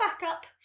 backup